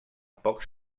pocs